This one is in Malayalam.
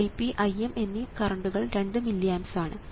Ip Im എന്നീ കറണ്ടുകൾ 2 മില്ലി ആംപ്സ് ആണ്